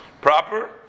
proper